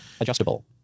adjustable